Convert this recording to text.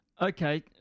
Okay